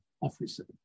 officer